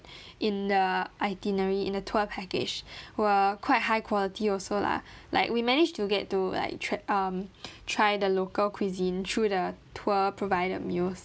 in the itinerary in the tour package were quite high quality also lah like we managed to get to like tr~ um try the local cuisine through the tour provided meals